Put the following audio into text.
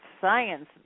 science